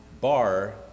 Bar